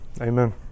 Amen